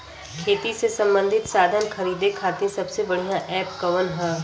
खेती से सबंधित साधन खरीदे खाती सबसे बढ़ियां एप कवन ह?